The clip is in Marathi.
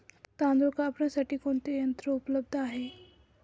तांदूळ कापण्यासाठी कोणते यंत्र उपलब्ध आहे?